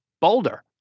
boulder